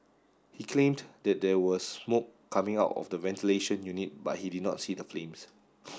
he claimed that there was smoke coming out of the ventilation unit but he did not see the flames